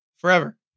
Forever